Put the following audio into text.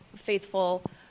faithful